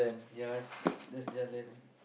ya that's their land